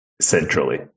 centrally